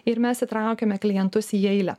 ir mes įtraukiame klientus į eilę